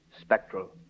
spectral